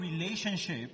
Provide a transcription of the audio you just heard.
relationship